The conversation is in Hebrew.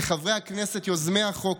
לחברי הכנסת יוזמי החוק,